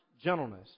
gentleness